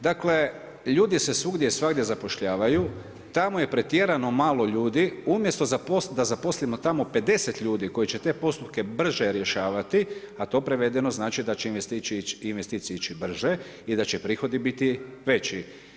Dakle, ljudi se svugdje i svagdje zapošljavaju, tamo je pretjerano malo ljudi, umjesto da zaposlimo tamo 50 ljudi koji će te postupke brže rješavati, a to prevedeno znači da će investicije ići brže i da će prihodi biti veći.